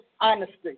honesty